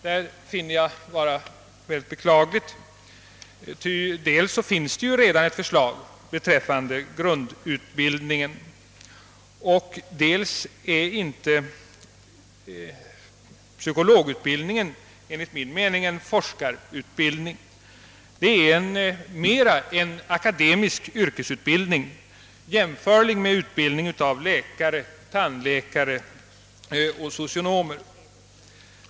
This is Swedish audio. Detta finner jag mycket beklagligt, ty dels finns det redan ett förslag beträffande grundutbildningen, dels är inte psykologutbildningen enligt min mening en forskarutbildning utan mera en akademisk yrkesutbildning, jämförlig med utbildningen av läkare, tandläkare och socionomer.